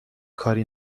کاری